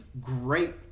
great